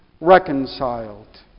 reconciled